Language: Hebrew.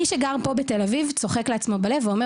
מי שגר פה בתל אביב צוחק לעצמו בלב ואומר